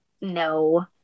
no